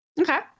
Okay